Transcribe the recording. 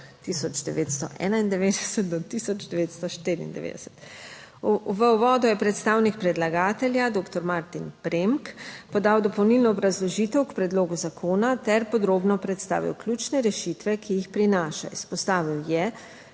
1991 do 1994. V uvodu je predstavnik predlagatelja doktor Martin Premk podal dopolnilno obrazložitev k predlogu zakona ter podrobno predstavil ključne rešitve, ki jih prinaša. Izpostavil je,